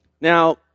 Now